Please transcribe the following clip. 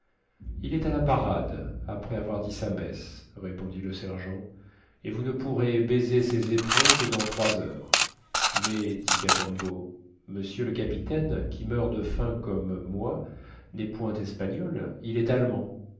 il est à la parade après avoir dit sa messe répondit le sergent et vous ne pourrez baiser ses éperons que dans trois heures mais dit cacambo monsieur le capitaine qui meurt de faim comme moi n'est point espagnol il est allemand